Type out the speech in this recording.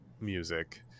music